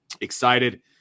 excited